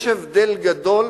יש הבדל גדול.